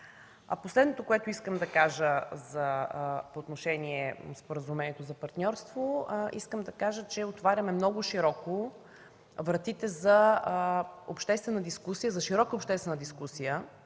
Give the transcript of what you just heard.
Последното, което искам да кажа по отношение Споразумението за партньорство – отваряме много широко вратите за обществена дискусия